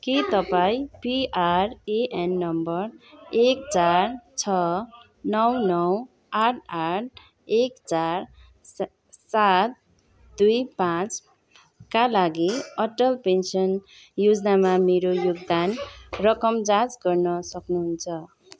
के तपाईँ PRAN number एक चार छ नौ नौ आठ आठ एक चार सा सात दुई पाँचका लागि अटल पेन्सन योजनामा मेरो योगदान रकम जाँच गर्न सक्नुहुन्छ